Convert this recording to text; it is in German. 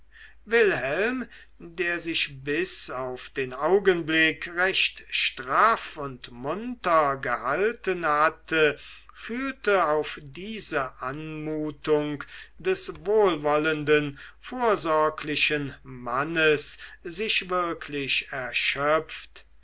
wilhelm der sich bis auf den augenblick recht straff und munter erhalten hatte fühlte auf diese anmutung des wohlwollenden vorsorglichen mannes sich wirklich erschöpft